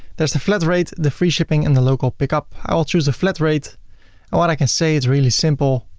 there's a flat rate, the free shipping and the local pickup. i will choose a flat rate and what i can say, it's really simple.